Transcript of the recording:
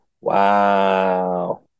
Wow